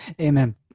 Amen